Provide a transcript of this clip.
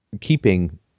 keeping